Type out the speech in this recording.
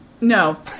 No